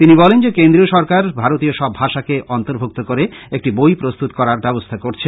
তিনি বলেন যে কেন্দ্রীয় সরকার ভারতীয় সব ভাষাকে আর্ন্তভুক্ত করে একটি বই প্রস্তুত করার ব্যবস্থ্যা করেছে